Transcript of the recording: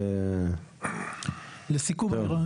לסיכום.